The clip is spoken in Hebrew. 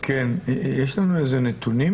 יש לכם איזה נתונים